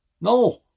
No